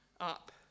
up